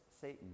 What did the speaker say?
Satan